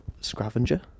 scavenger